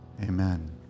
Amen